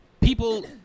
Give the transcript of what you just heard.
People